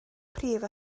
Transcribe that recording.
prif